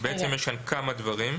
בעצם יש על כמה דברים.